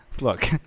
Look